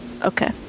Okay